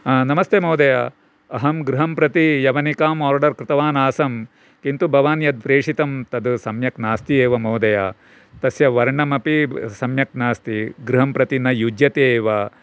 आ नमस्ते महोदय अहं गृहं प्रति यवनिकाम् आर्डर् कृतवानासं किन्तु भवान् यद् प्रेषितं तत् सम्यक् नास्ति एव महोदय तस्य वर्णमपि सम्यक् नास्ति गृहं प्रति न युज्यते एव